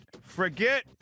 forget